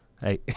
Hey